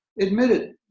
admitted